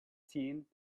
thin